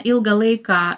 ilgą laiką